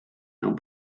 mewn